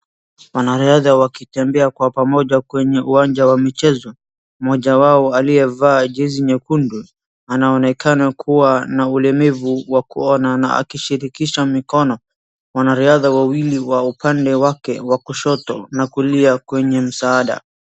Wanariadha wakitembea kwa pamoja kwenye uwanja wa michezo. mmoja wao aliyevaa jezi nyekundu, anaonekana kuwa na ulemevu wa kuona, na akishirikisha mikono. Wanariadha wawili wa upande wake wa kushoto na kulia kwenye msaada.